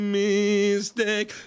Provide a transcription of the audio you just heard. mistake